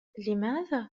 لماذا